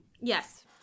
Yes